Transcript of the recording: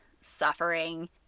suffering